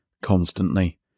Constantly